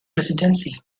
presidency